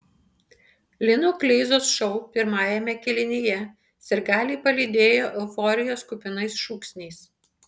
lino kleizos šou pirmajame kėlinyje sirgaliai palydėjo euforijos kupinais šūksniais